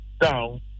down